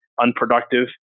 unproductive